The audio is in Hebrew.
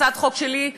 הצעת חוק שלי,